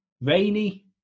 Rainy